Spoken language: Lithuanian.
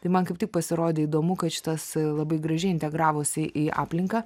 tai man kaip tik pasirodė įdomu kad šitas labai gražiai integravosi į aplinką